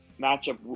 matchup